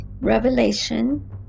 Revelation